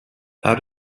how